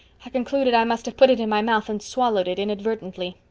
i concluded i must have put it in my mouth and swallowed it inadvertently.